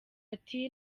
ati